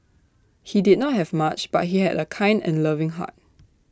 he did not have much but he had A kind and loving heart